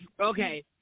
Okay